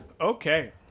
Okay